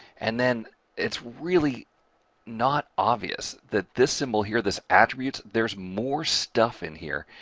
and then it's really not obvious that this symbol here this attributes there's more stuff in here.